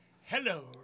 Hello